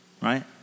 right